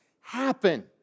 happen